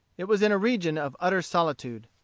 it was in a region of utter solitude.